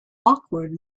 awkward